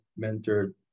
mentored